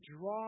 draw